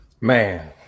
Man